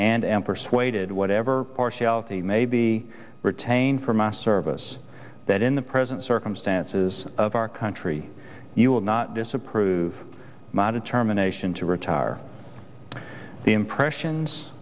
and am persuaded whatever partiality may be retained from a service that in the present circumstances of our country you will not disapprove ma determination to retire the impressions